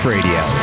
Radio